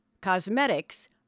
Cosmetics